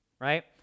right